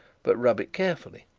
but rub it carefully,